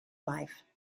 life